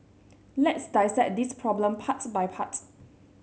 let's dissect this problem part by part